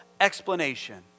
explanation